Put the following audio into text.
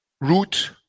root